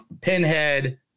Pinhead